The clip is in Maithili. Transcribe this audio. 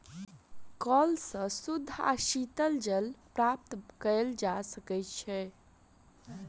कअल सॅ शुद्ध आ शीतल जल प्राप्त कएल जा सकै छै